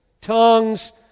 tongues